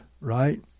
right